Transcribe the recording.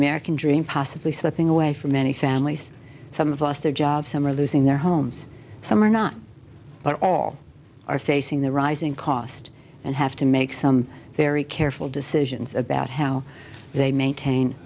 american dream possibly slipping away for many families some of us their jobs some are losing their homes some are not but all are facing the rising cost and have to make some very careful decisions about how they maintain